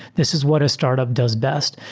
this is what a startup does best.